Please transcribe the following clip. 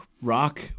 Rock